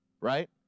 right